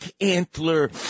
Antler